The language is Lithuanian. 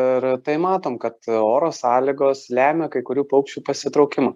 ir tai matom kad oro sąlygos lemia kai kurių paukščių pasitraukimą